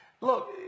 Look